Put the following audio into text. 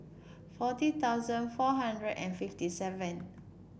forty thousand four hundred and fifty seven